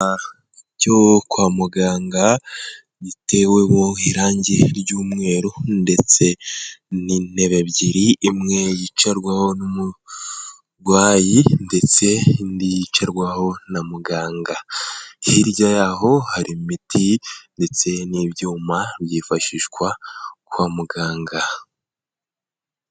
Cyo kwa muganga bitewemo irangi ry'umweru ndetse n'intebe ebyiri imwe yicarwaho n'umurwayi ndetse indi yicarwaho na muganga, hirya y'aho hari imiti ndetse n'ibyuma byifashishwa kwa muganga.